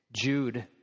Jude